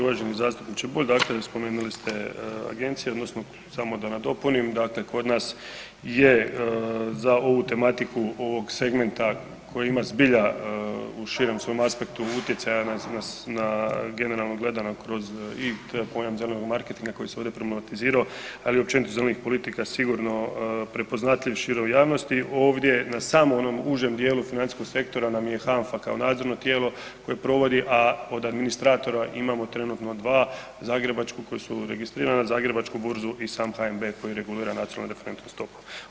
Uvaženi zastupniče Bulj, dakle spomenuli ste agencije odnosno samo da nadopunim, dakle kod nas je za ovu tematiku ovog segmenta koji ima zbilja u širem svom aspektu utjecaja na generalno gledamo kroz i pojam zelenog marketinga koji se ovdje problematizirao ali općenito zelenih politika, sigurno prepoznatljiv široj javnosti, ovdje na samom onom užem djelu financijskog sektora nam je HANFA kao nadzorno tijelo koje provodi a od administratora imamo trenutno dva, koji su registrirana, Zagrebačku burzu i sam HNB koji regulira nacionalnu referentnu stopu.